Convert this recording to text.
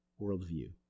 worldview